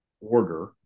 order